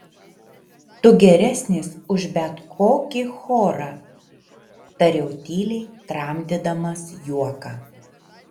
tu geresnis už bet kokį chorą tariau tyliai tramdydamas juoką